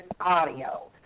audio